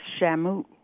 Shamu